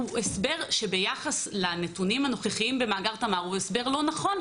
שביחס לנתונים הנוכחיים במאגר תמר הוא לא נכון,